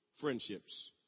friendships